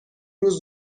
روز